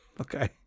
okay